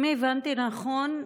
אם הבנתי נכון,